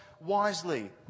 wisely